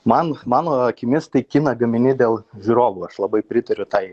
man mano akimis tai kiną gamini dėl žiūrovų aš labai pritariu tai